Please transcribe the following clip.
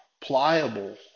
pliable